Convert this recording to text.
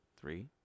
three